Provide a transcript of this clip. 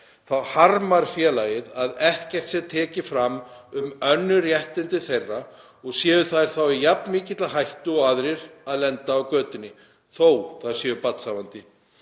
þá harmar félagið að ekkert sé tekið fram um önnur réttindi þeirra og séu þær þá í jafn mikilli hættu og aðrir að lenda á götunni, þó þær séu barnshafandi.